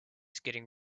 getting